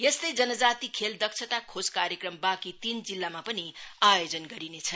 यस्तै जनजाति खेल दक्षता खोज कार्यक्रम बाँकी तीन जिल्लामा पनि आयोजन गरिनेछ